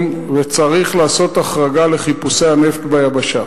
וצריך לעשות החרגה לחיפושי הנפט ביבשה.